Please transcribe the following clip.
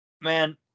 Man